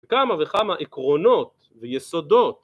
וכמה וכמה עקרונות ויסודות